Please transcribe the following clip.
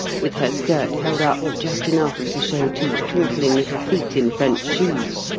with her skirt held up just enough to show two twinkling little feet in french shoes,